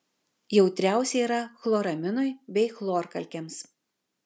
jautriausia yra chloraminui bei chlorkalkėms